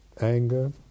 anger